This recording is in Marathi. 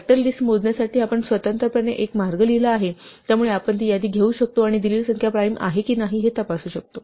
फॅक्टर लिस्ट मोजण्यासाठी आपण स्वतंत्रपणे एक मार्ग लिहिला आहे त्यामुळे आपण ती यादी घेऊ शकतो आणि दिलेली संख्या प्राइम आहे की नाही हे तपासू शकतो